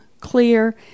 clear